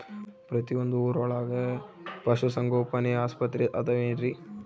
ಪ್ರತಿಯೊಂದು ಊರೊಳಗೆ ಪಶುಸಂಗೋಪನೆ ಆಸ್ಪತ್ರೆ ಅದವೇನ್ರಿ?